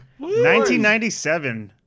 1997